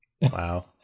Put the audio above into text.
wow